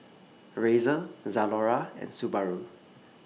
Razer Zalora and Subaru